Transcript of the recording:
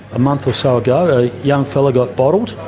a month or so ago a young fellow got bottled.